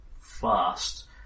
fast